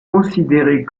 considérées